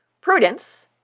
Prudence